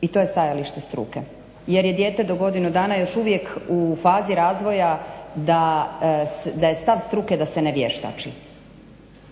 i to je stajalište struke, jer je dijete do godinu dana još uvijek u fazi razvoja da je stav struke da se ne vještači.